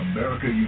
America